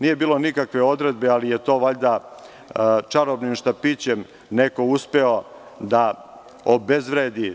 Nije bilo nikakve odredbe, ali je to valjda čarobnim štapićem neko uspeo da obezvredi.